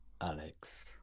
alex